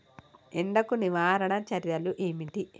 ఎండకు నివారణ చర్యలు ఏమిటి?